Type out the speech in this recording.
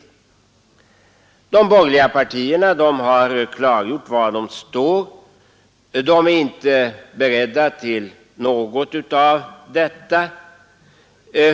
De borgerliga partierna har klargjort var de står. De är inte beredda till något av detta.